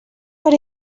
per